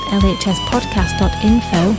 lhspodcast.info